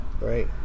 Right